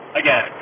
again